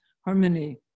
harmony